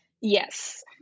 yes